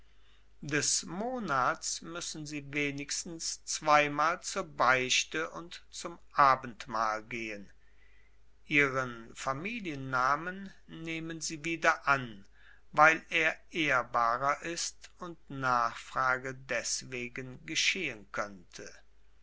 des monats müssen sie wenigstens zweimal zur beichte und zum abendmahl gehen ihren familiennamen nehmen sie wieder an weil er ehrbarer ist und nachfrage deswegen geschehen könnte